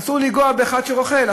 אסור לנגוע באחד שרוכל,